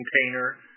container